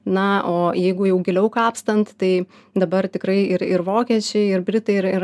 na o jeigu jau giliau kapstant tai dabar tikrai ir ir vokiečiai ir britai ir ir